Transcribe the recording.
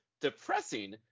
depressing